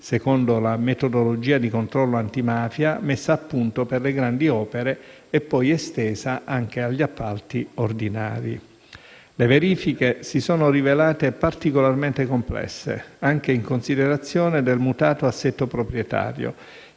secondo la metodologia di controllo antimafia messa a punto per le grandi opere e poi estesa anche agli appalti ordinari. Le verifiche si sono rivelate particolarmente complesse, anche in considerazione del mutato assetto proprietario,